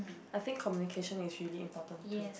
I think communication is really important to